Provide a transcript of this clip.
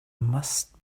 must